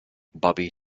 bobby